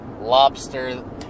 lobster